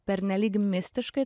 pernelyg mistiškai